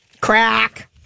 Crack